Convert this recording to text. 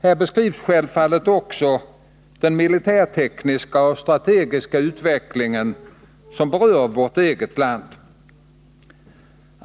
Här beskrivs självfallet också den militärtekniska och strategiska utveckling som berör vårt eget land.